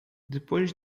depois